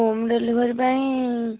home delivery ପାଇଁ